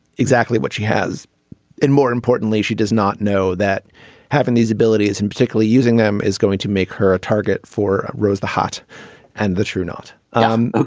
exactly what she has and more importantly she does not know that having these abilities and particularly using them is going to make her a target for rose the hot and the true not um ok.